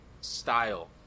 Style